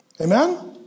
amen